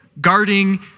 guarding